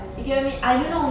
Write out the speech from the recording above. mm mm